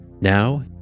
Now